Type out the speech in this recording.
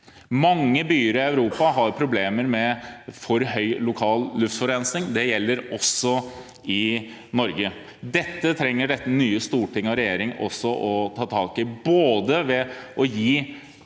Mange byer i Europa har problemer med for høy lokal luftforurensning, det gjelder også i Norge. Dette trenger dette nye Stortinget og regjeringen også å ta tak i, ved å gi